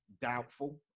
Doubtful